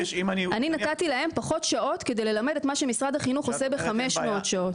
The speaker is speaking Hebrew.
אני נתתי להם פחות שעות כדי ללמד את מה שמשרד החינוך עושה ב-500 שעות.